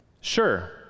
Sure